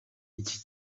iki